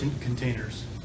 containers